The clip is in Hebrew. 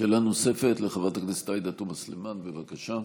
שאלה נוספת לחברת הכנסת עאידה תומא סלימאן, בבקשה.